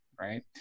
Right